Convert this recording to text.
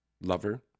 Lover